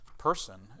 person